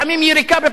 וזה לא גשם.